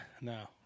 no